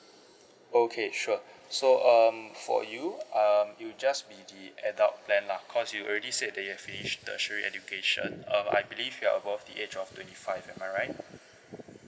okay sure so um for you um you just be the adult plan lah cause you already said that you have finished tertiary education uh I believe you are above the age of twenty five am I right